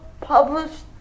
published